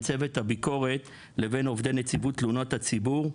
צוות הביקורת לבין עובדי נציבות תלונות הציבור,